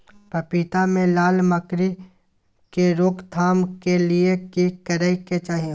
पपीता मे लाल मकरी के रोक थाम के लिये की करै के चाही?